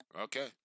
Okay